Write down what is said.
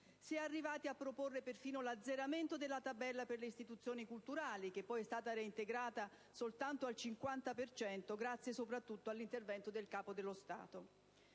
si è arrivati a proporre perfino l'azzeramento della tabella delle istituzioni culturali, poi reintegrata soltanto al 50 per cento, grazie soprattutto all'intervento del Capo dello Stato.